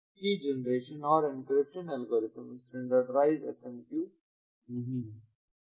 की जनरेशन और encryption algorithm standardized SMQ नहीं हैं